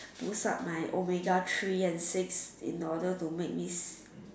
boost up my oh my god three and six in order to make these